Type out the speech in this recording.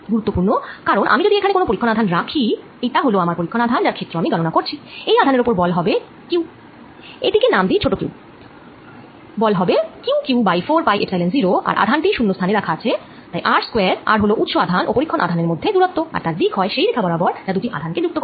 গুরুত্বপূর্ণ কারণ আমি যদি এখানে কোন পরীক্ষন আধান রাখি এটা হল আমার পরীক্ষন আধান যার ক্ষেত্র আমি গণনা করছি এই আধানের ওপর বল হবে Q এটি কে নাম দিই ছোট q Qq বাই 4পাই এপসাইলন 0 আর আধান টি শুন্য স্থানে রাখা আছে r স্কয়ার r হল উৎস আধান ও পরীক্ষন আধানের মধ্যে দুরত্ব আর তার দিক হয় সেই রেখা বরাবর যা দুটি আধান কে যুক্ত করে